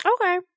okay